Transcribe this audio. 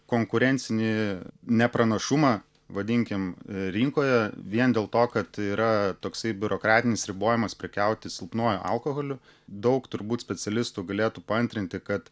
konkurencinį ne pranašumą vadinkime rinkoje vien dėl to kad yra toksai biurokratinis ribojimas prekiauti silpnuoju alkoholiu daug turbūt specialistų galėtų paantrinti kad